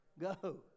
go